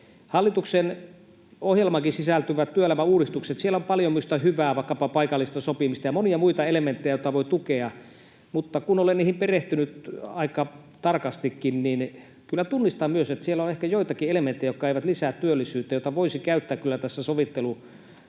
Hallituksen ohjelmaankin sisältyvissä työelämäuudistuksissa on paljon minusta hyvää, vaikkapa paikallista sopimista ja monia muita elementtejä, joita voi tukea, mutta kun olen niihin perehtynyt aika tarkastikin, niin kyllä tunnistan myös, että siellä on ehkä joitakin elementtejä, jotka eivät lisää työllisyyttä ja joita voisi käyttää kyllä tässä sovittelun